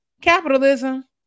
Capitalism